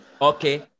okay